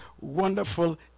wonderful